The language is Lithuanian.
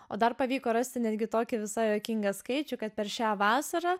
o dar pavyko rasti netgi tokį visai juokingą skaičių kad per šią vasarą